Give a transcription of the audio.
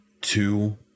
two